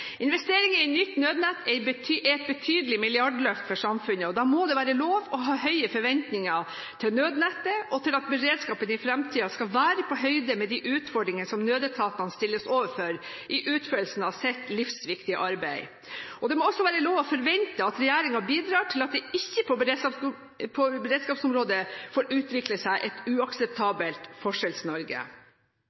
Investeringer i nytt nødnett er et betydelig milliardløft for samfunnet, og da må det være lov å ha høye forventninger til nødnettet og til at beredskapen i fremtiden skal være på høyde med de utfordringene som nødetatene stilles overfor i utførelsen av sitt livsviktige arbeid. Det må også være lov å forvente at regjeringen bidrar til at det på beredskapsområdet ikke får utvikle seg et uakseptabelt